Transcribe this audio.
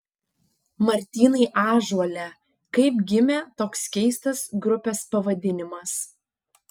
martynai ąžuole kaip gimė toks keistas grupės pavadinimas